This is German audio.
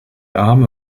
arme